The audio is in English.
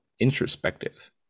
introspective